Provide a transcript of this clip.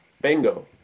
Bingo